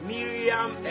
Miriam